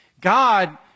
God